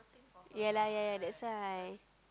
ya lah ya ya that's why